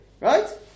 right